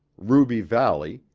ruby valley,